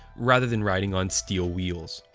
rather than riding on steel wheels.